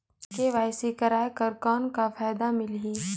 KYC कराय कर कौन का फायदा मिलही?